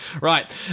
Right